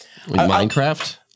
Minecraft